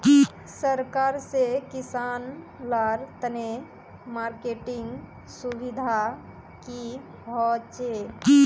सरकार से किसान लार तने मार्केटिंग सुविधा की होचे?